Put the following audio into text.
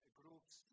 groups